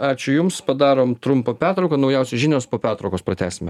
ačiū jums padarom trumpą pertrauką naujausios žinios po pertraukos pratęsime